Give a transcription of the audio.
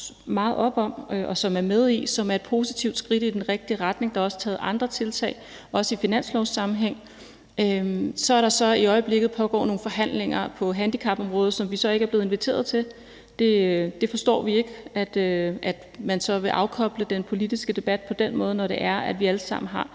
meget op om og er med i, og som er et positivt skridt i den rigtige retning. Der er også taget andre tiltag, også i finanslovssammenhæng. Så pågår der i øjeblikket nogle forhandlinger på handicapområdet, som vi så ikke er blevet inviteret til. Vi forstår ikke, at man vil afkoble den politiske debat på den måde, når det er, at vi alle sammen har